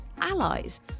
allies